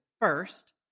first